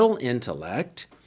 intellect